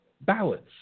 ballots